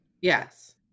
yes